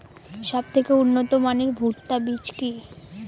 সবথেকে উন্নত মানের ভুট্টা বীজ কি?